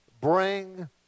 bring